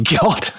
God